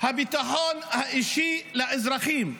הביטחון האישי לאזרחים,